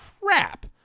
crap